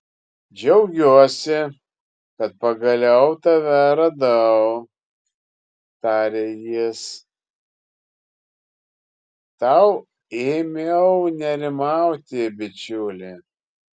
džiaugiuosi kad pagaliau tave radau tarė jis tau ėmiau nerimauti bičiuli